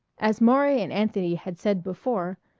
as maury and anthony had said before,